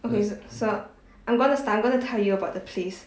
okay s~ so I'm gonna star~ I'm going to tell you about the place